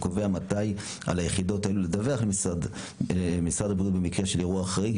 הקובע מתי על היחידות לדווח למשרד הבריאות במקרה של אירוע חריג,